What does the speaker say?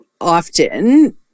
often